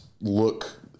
look